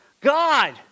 God